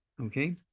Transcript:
okay